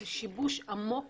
זה שיבוש עמוק